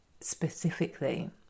specifically